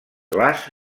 glaç